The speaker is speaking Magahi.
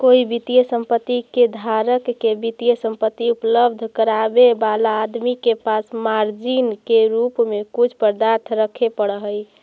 कोई वित्तीय संपत्ति के धारक के वित्तीय संपत्ति उपलब्ध करावे वाला आदमी के पास मार्जिन के रूप में कुछ पदार्थ रखे पड़ऽ हई